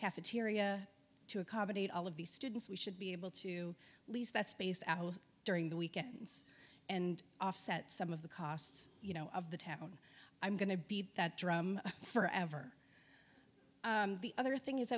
cafeteria to accommodate all of these students we should be able to lease that spaced out during the weekends and offset some of the costs you know of the town i'm going to beat that drum forever the other thing is